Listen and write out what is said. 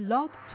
Love